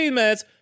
minutes